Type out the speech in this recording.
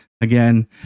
again